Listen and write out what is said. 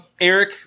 Eric